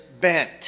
bent